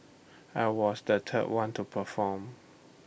I was the third one to perform